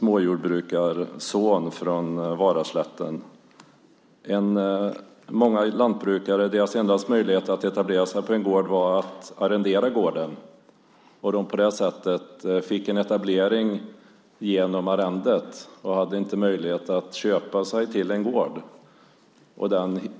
Många lantbrukares enda möjlighet att etablera sig på en gård var att arrendera gården. Genom arrendet fick de en etablering. De hade inte möjlighet att köpa sig en gård.